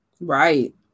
Right